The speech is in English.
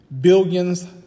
Billions